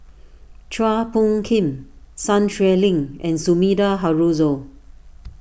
Chua Phung Kim Sun Xueling and Sumida Haruzo